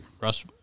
Russ